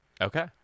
Okay